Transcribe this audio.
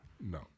no